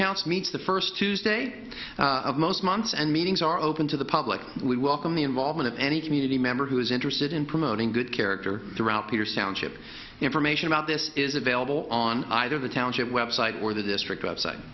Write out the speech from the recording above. council meets the first tuesday of most months and meetings are open to the public we welcome the involvement of any community member who is interested in promoting good character throughout the or sound chip information about this is available on either the township website or the district of site